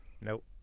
Nope